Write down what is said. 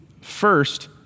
First